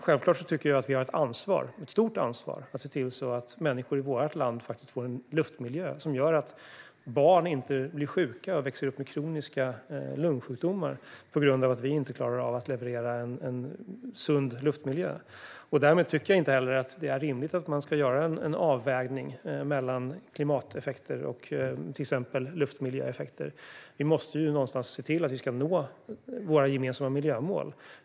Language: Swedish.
Självklart tycker jag att vi har ett stort ansvar för att se till att människor i vårt land får en luftmiljö som gör att barn inte blir sjuka och växer upp med kroniska lungsjukdomar på grund av att vi inte klarar av att leverera en sund luftmiljö. Därmed tycker jag heller inte att man ska göra en avvägning mellan klimateffekter och exempelvis luftmiljöeffekter. Vi måste se till att vi når de gemensamt uppställda miljömålen.